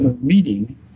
meeting